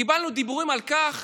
קיבלנו דיבורים על כך